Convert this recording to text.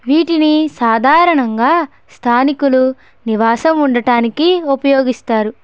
వీటిని సాధారణంగా స్థానికులు నివాసం ఉండటానికి ఉపయోగిస్తారు